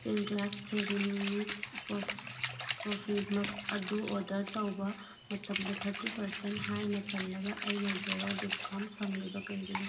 ꯀ꯭ꯂꯦꯀ꯭ꯔꯥꯐ ceramic coffee mug ꯑꯗꯨ order ꯇꯧꯕ ꯃꯇꯝꯗ ꯊꯥꯔꯇꯤ ꯄꯥꯔꯁꯦꯟ ꯍꯥꯏꯅ ꯄꯜꯂꯒ ꯑꯩꯅ ꯖꯦꯔꯣ ꯗꯤꯁꯀꯥꯎꯟ ꯐꯪꯂꯤꯕ ꯀꯔꯤꯒꯤꯅꯣ